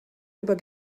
über